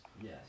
Yes